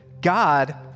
God